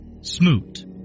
Smoot